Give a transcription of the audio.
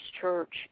church